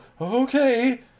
okay